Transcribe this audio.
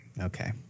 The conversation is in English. Okay